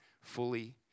fully